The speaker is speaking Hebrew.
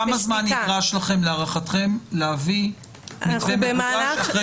כמה זמן נדרש לכם להערכתכם להביא מתווה מגובש אחרי שהתדיינתם?